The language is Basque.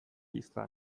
izan